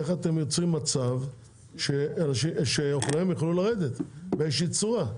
איך אתם יוצרים מצב שאופנועי ים יוכלו לרדת באיזושהי צורה.